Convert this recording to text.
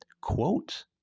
quote